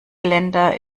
länder